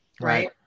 Right